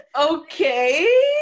okay